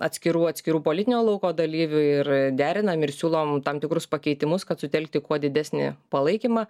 atskirų atskirų politinio lauko dalyvių ir derinam ir siūlom tam tikrus pakeitimus kad sutelkti kuo didesnį palaikymą